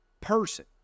person